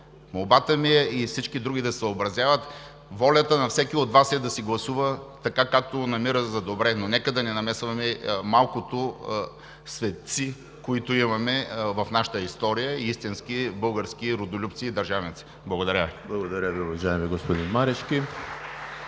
Молбата ми е и всички други да се съобразяват. Волята на всеки от Вас е да гласува така, както намира за добре, но нека да не намесваме малкото светци, които имаме в нашата история, истински български родолюбци и държавници. Благодаря Ви. ПРЕДСЕДАТЕЛ ЕМИЛ ХРИСТОВ: Благодаря Ви, уважаеми господин Марешки.